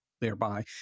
thereby